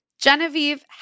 Genevieve